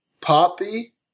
Poppy